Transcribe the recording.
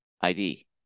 id